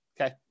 Okay